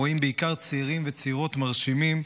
רואים בעיקר צעירים וצעירות מרשימים,